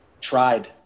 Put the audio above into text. tried